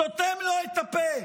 סותם לו את הפה.